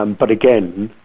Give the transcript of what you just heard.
um but again,